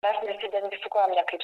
dar nesidentifikuojam niekaip